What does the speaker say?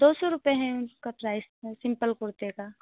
दो सौ रुपए हैं उसका प्राइस सिंपल कुर्ते का